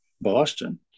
Boston